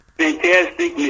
Fantastic